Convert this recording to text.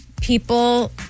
people